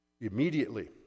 immediately